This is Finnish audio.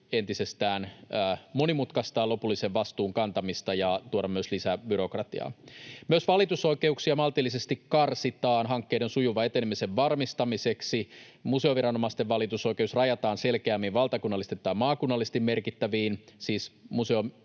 entisestään monimutkaistaa lopullisen vastuun kantamista ja tuoda myös lisää byrokratiaa. Myös valitusoikeuksia maltillisesti karsitaan hankkeiden sujuvan etenemisen varmistamiseksi. Museoviranomaisten valitusoikeus rajataan selkeämmin valtakunnallisesti tai maakunnallisesti